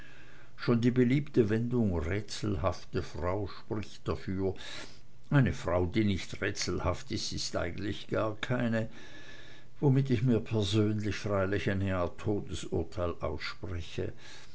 schon die beliebte wendung rätselhafte frau spricht dafür eine frau die nicht rätselhaft ist ist eigentlich gar keine womit ich mir persönlich freilich eine art todesurteil ausspreche